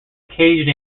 caged